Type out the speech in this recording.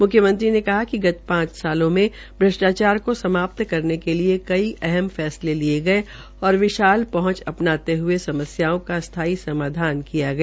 मुख्ययंत्री ने कहा कि गत पांच वर्षो में भष्टाचार को समाप्त् करने के लिए कई अहम फैसले के लिये गये और विशाल पहंच अपनाते हये समस्याओं का स्थाई समाधान किया गया